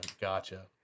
gotcha